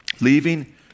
Leaving